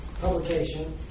publication